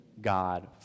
God